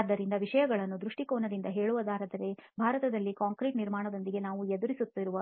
ಆದ್ದರಿಂದ ವಿಷಯಗಳನ್ನು ದೃಷ್ಟಿಕೋನದಿಂದ ಹೇಳುವುದಾದರೆ ಭಾರತದಲ್ಲಿ ಕಾಂಕ್ರೀಟ್ ನಿರ್ಮಾಣದೊಂದಿಗೆ ನಾವು ಎದುರಿಸುತ್ತಿರುವ